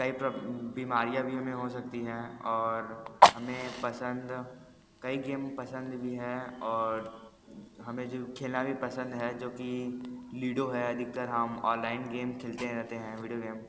कई प्रोब बीमारीया भी हमें सकती हैं और हमें पसंद कई गेम पसंद भी हैं और हमें जो खेलना भी पसंद है जो कि लिडो है अधिकतर हम ऑनलाइन गेम खेलते रहते हैं विडियो गेम